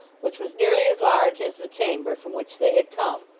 which was nearly as large as the chamber from which they had come,